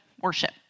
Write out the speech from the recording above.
worship